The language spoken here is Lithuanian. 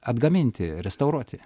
atgaminti restauruoti